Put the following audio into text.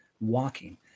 walking